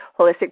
Holistic